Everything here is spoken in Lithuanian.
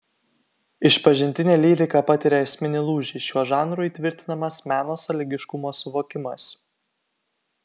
išpažintinė lyrika patiria esminį lūžį šiuo žanru įtvirtinamas meno sąlygiškumo suvokimas